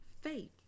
faith